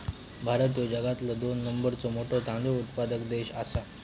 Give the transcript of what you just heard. भारत ह्यो जगातलो दोन नंबरचो मोठो तांदूळ उत्पादक देश आसा